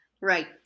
right